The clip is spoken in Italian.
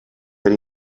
per